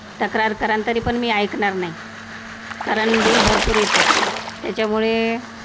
तक्रार करा तरी पण मी ऐकणार नाही कारण बिल भरपूर येतात त्याच्यामुळे